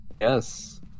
Yes